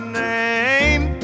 name